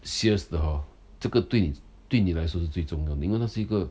sales 的 hor 这个对你对你来说是最重要的因为那是一个